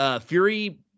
Fury